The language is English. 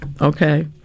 Okay